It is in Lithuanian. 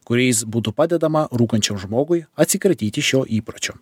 kuriais būtų padedama rūkančiam žmogui atsikratyti šio įpročio